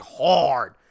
hard